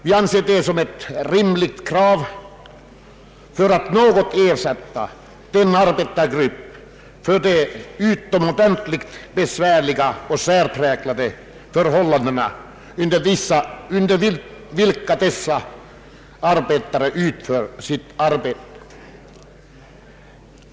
Vi anser att det är ett rimligt krav för att i någon mån ersätta denna grupp för de utomordentligt besvärande och särpräglade förhållanden under vilka den utför sitt arbete.